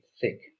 thick